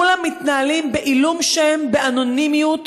כולם מתנהלים בעילום שם, באנונימיות,